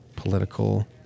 political